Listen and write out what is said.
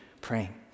praying